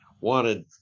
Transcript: wanted